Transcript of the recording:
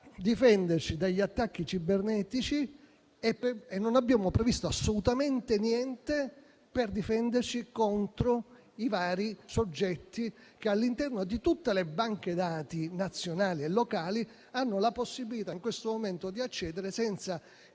difenderci dagli attacchi cibernetici, ma non abbiamo previsto assolutamente niente per difenderci contro i vari soggetti che, all'interno di tutte le banche dati nazionali e locali, in questo momento hanno la possibilità di accedere senza che